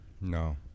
No